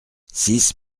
six